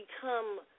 become